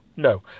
No